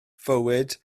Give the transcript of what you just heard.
fywyd